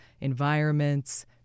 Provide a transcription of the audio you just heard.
environments